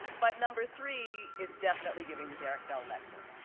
but number three is definitely giving the derrick bell lecture.